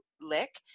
lick